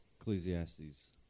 Ecclesiastes